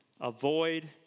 avoid